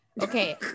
okay